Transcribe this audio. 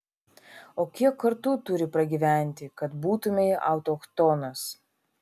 o kiek kartų turi pragyventi kad būtumei autochtonas